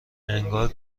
انگار